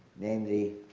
namely,